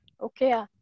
Okay